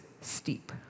steep